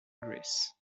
greece